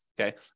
okay